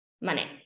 money